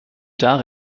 tard